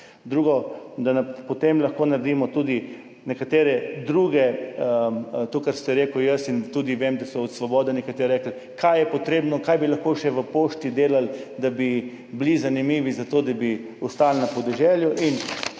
Drugo, da lahko potem naredimo tudi nekatere druge, to, kar ste rekli, vem, da so tudi iz Svobode nekateri rekli, kaj je potrebno, kaj bi lahko še na Pošti delali, da bi bili zanimivi za to, da bi ostali na podeželju.